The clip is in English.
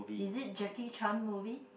is it Jackie Chan movie